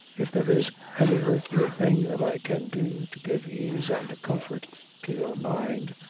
if there is any earthly thing that i can do to give ease and comfort to your mind,